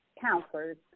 counselors